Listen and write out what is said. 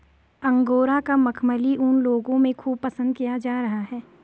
angora का मखमली ऊन लोगों में खूब पसंद किया जा रहा है